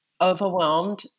overwhelmed